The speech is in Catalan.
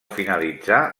finalitzar